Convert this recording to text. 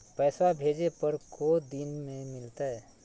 पैसवा भेजे पर को दिन मे मिलतय?